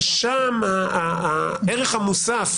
ששם הערך המוסף,